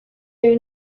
their